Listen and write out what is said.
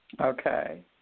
Okay